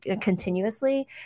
continuously